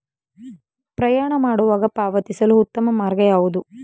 ಪ್ರಯಾಣ ಮಾಡುವಾಗ ಪಾವತಿಸಲು ಉತ್ತಮ ಮಾರ್ಗ ಯಾವುದು?